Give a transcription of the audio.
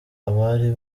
abari